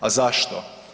A zašto?